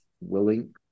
Willing